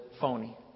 phony